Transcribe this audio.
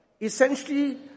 Essentially